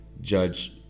Judge